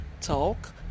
talk